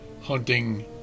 hunting